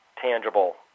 tangible